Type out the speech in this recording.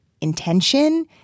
intention